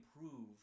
improve